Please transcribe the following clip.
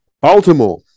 Baltimore